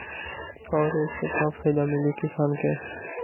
और ये से का फायदा मिली किसान के?